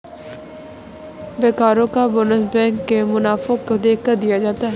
बैंकरो का bonus bank के मुनाफे को देखकर दिया जाता है